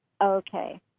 Okay